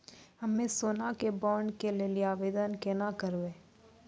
हम्मे सोना के बॉन्ड के लेली आवेदन केना करबै?